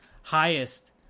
highest